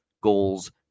goals